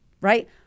right